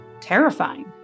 terrifying